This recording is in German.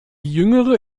jüngere